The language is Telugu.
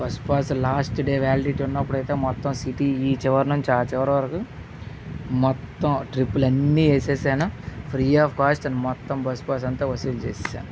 bus pass last day validity ఉన్నప్పుడైతే మొత్తం సిటీ ఈ చివరి నుంచి ఆ చివరకు మొత్తం ట్రిపులు అన్ని వేసేసాను ఫ్రీ ఆఫ్ కాస్ట్ మొత్తం బస్సు పాస్ మొత్తం వసూలు చేసేసాను